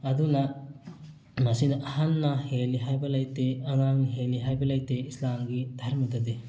ꯑꯗꯨꯅ ꯃꯁꯤꯅ ꯑꯍꯜꯅ ꯍꯦꯜꯂꯤ ꯍꯥꯏꯕ ꯂꯩꯇꯦ ꯑꯉꯥꯡꯅ ꯍꯦꯜꯂꯤ ꯍꯥꯏꯕ ꯂꯩꯇꯦ ꯏꯁꯂꯥꯝꯒꯤ ꯙꯔꯃꯗꯗꯤ